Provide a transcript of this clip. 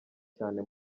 cyane